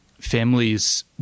families